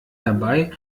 herbei